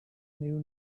knew